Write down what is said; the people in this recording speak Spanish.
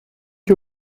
que